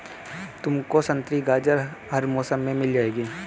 तुमको संतरी गाजर हर मौसम में मिल जाएगी